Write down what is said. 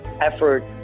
effort